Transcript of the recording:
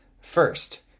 First